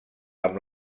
amb